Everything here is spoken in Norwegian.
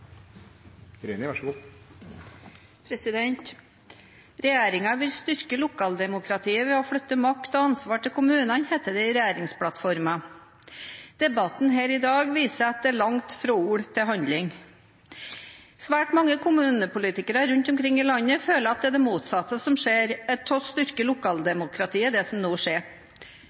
vil styrke lokaldemokratiet ved å flytte makt og ansvar til kommunene», heter det i regjeringsplattformen. Debatten her i dag viser at det er langt fra ord til handling. Svært mange kommunepolitikere rundt om i landet føler at det som nå skjer, er det motsatte av å styrke lokaldemokratiet. Et eksempel: Færre kommuner gir ikke mer demokrati. Å